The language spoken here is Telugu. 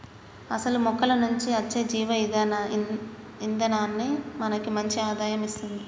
అసలు మొక్కల నుంచి అచ్చే జీవ ఇందనాన్ని మనకి మంచి ఆదాయం ఇస్తుంది